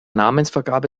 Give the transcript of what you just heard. namensvergabe